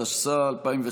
התשס"א 2001,